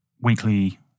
weekly